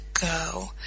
go